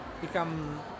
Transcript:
become